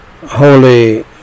Holy